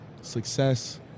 success